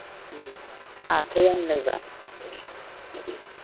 ꯎꯃ ꯑꯥꯔꯊ ꯌꯥꯝ ꯂꯩꯕ